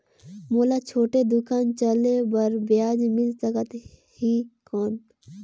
मोला छोटे दुकान चले बर ब्याज मिल सकत ही कौन?